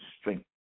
strength